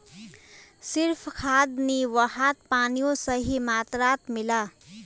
सिर्फ खाद नी वहात पानियों सही मात्रात मिला